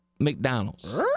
McDonald's